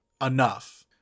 enough